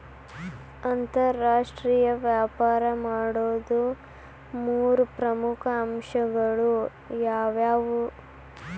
ಅಂತರಾಷ್ಟ್ರೇಯ ವ್ಯಾಪಾರ ಮಾಡೋದ್ ಮೂರ್ ಪ್ರಮುಖ ಅಂಶಗಳು ಯಾವ್ಯಾವು?